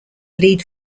lead